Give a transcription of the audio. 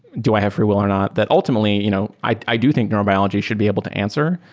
do i have free will are not? that, ultimately, you know i i do think neurobiology should be able to answer,